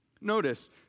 Notice